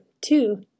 two